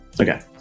Okay